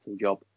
job